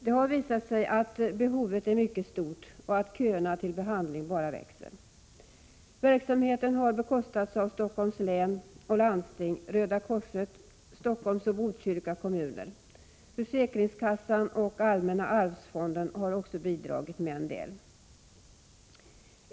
Det har visat sig att behovet är mycket stort och att köerna till behandling bara växer. Verksamheten har bekostats av Stockholms läns landsting, Röda korset samt Stockholms och Botkyrka kommuner. Försäkringskassan och Allmänna arvsfonden har också bidragit med en del pengar.